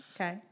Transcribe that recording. Okay